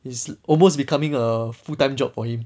it's almost becoming a full time job for him